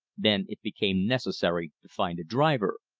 then it became necessary to find a driver.